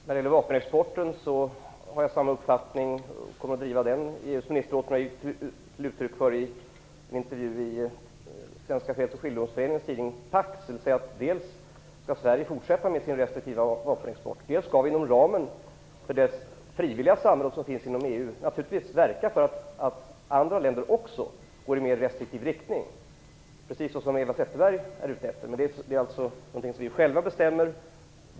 Fru talman! Jag har samma uppfattning om vapenexporten som Eva Zetterberg. Jag kommer att driva den i EU:s ministerråd, som jag har gett uttryck för i en intervju i Svenska Freds och Sverige fortsätta med sin restriktiva vapenexport. Dels skall vi inom ramen för det frivilliga samråd som finns inom EU naturligtvis verka för att andra länder också skall gå mot en mer restriktiv riktning, precis som Eva Zetterberg är ute efter. Men detta är alltså någonting som vi själva bestämmer.